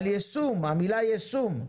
המילה 'יישום',